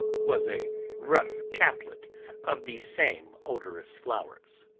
was a rough chaplet of the same odorous flowers.